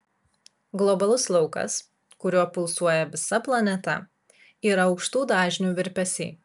globalus laukas kuriuo pulsuoja visa planeta yra aukštų dažnių virpesiai